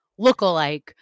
lookalike